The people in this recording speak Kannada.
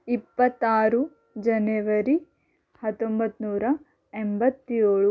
ಇಪ್ಪತ್ತಾರು ಜನೆವರಿ ಹತ್ತೊಂಬತ್ತು ನೂರ ಎಂಬತ್ತೇಳು